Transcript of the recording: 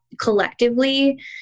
collectively